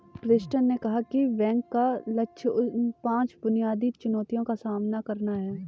Preston ने कहा कि बैंक का लक्ष्य अब पांच बुनियादी चुनौतियों का सामना करना है